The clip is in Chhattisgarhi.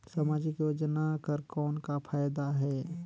समाजिक योजना कर कौन का फायदा है?